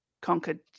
conquered